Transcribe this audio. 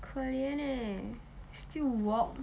可怜 leh still walk